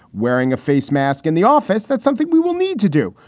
wearing a face mask in the office. that's something we will need to do,